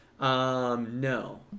No